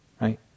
right